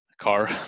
car